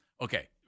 Okay